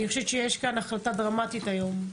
יש כאן החלטה דרמטית היום.